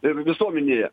ir visuomenėje